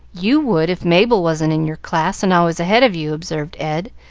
you would if mabel wasn't in your class and always ahead of you, observed ed,